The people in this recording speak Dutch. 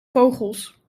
vogels